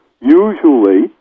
usually